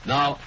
Now